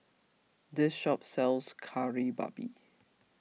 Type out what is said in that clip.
this shop sells Kari Babi